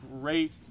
great